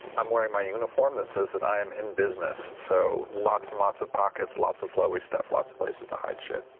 i'm wearing my uniform that says that i am in business. so lots and lots of pockets, lots of flowy stuff, lots of places to hide shit.